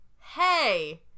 hey